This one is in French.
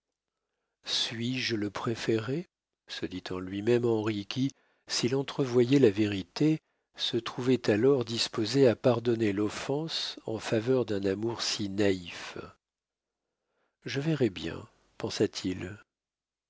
suis-je le préféré se dit en lui-même henri qui s'il entrevoyait la vérité se trouvait alors disposé à pardonner l'offense en faveur d'un amour si naïf je verrai bien pensa-t-il